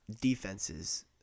defenses